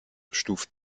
stuft